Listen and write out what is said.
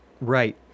Right